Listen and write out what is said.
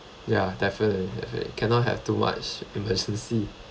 ya definitely definitely cannot have too much emergency